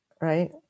right